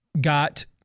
got